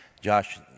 Josh